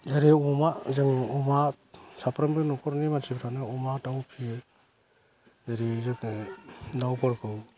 ओरै अमा जों अमा साफ्रोमबो न'खरनि मानसिफ्रानो अमा दाउ फिसियो जेरै जोङो दाउफोरखौ